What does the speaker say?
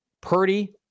Purdy